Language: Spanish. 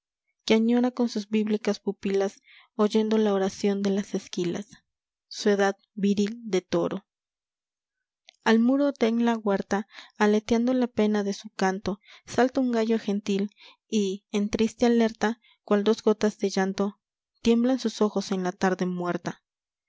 que añora con sus bíblicas pupilas oyendo la oración de las esquilas su edad viril de loro al muro de la huerta aleteando la pena de su canto salta un gallo gentil y en triste alerta cual dos gotas de llanto tiemblan sus ojos en la tarde muerta